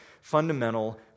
fundamental